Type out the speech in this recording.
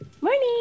Morning